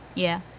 yeah,